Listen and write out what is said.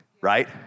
right